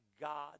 God